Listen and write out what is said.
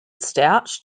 stauch